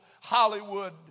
Hollywood